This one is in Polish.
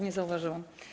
Nie zauważyłam.